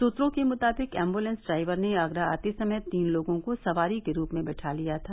सूत्रों के मुताबिक एम्बुलेंस ड्राइवर ने आगरा आते समय तीन लोगों को सवारी के रूप में बिठा लिया था